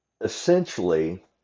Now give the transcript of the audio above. essentially